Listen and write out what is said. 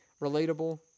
relatable